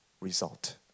result